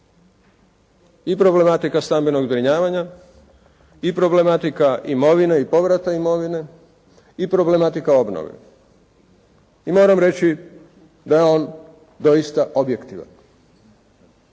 i problematika stambenog zbrinjavanja, i problematika imovine i povrata imovine, i problematika obnove. I moram reći da je on doista objektivan